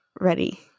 ready